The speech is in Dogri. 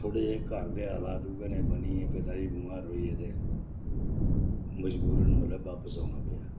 थोह्ड़े जे घर दे हालात उ'ऐ नेह् बनी गे पिता जी बमार होई गए ते मजबूरन मतलब बापस औना पेआ